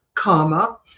comma